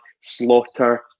slaughter